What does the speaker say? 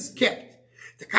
kept